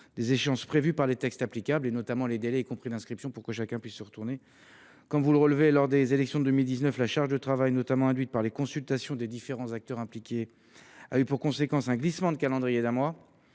des échéances prévues par les textes applicables, notamment les délais d’inscription, pour que chacun ait le temps. Comme vous le relevez, madame la sénatrice, lors des élections de 2019, la charge de travail, induite notamment par les consultations des différents acteurs impliqués, a eu pour conséquence un glissement de calendrier d’un mois,